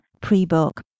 pre-book